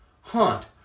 Hunt